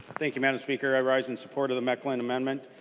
thank you mme. and speaker. i rise in support of the mekeland amendment.